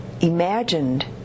imagined